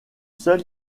seul